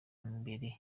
mbere